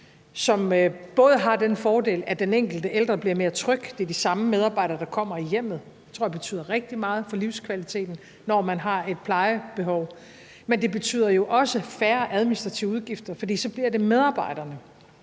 som har den fordel, at den enkelte ældre bliver mere tryg, fordi det er de samme medarbejdere, der kommer i hjemmet, og det tror jeg betyder rigtig meget for livskvaliteten, når man har et plejebehov. Det betyder også færre administrative udgifter, for så bliver det medarbejderne,